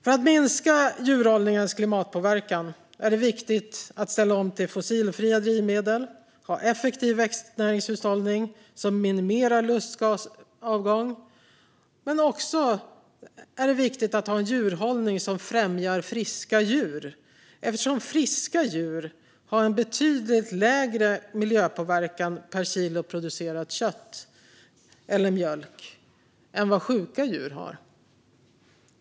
För att minska djurhållningens klimatpåverkan är det viktigt att ställa om till fossilfria drivmedel, att ha en effektiv växtnäringshushållning som minimerar lustgasavgången och att ha en djurhållning som främjar friska djur, eftersom friska djur har en betydligt lägre miljöpåverkan per kilo producerat kött eller mjölk än vad sjuka djur har.